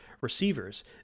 receivers